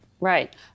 Right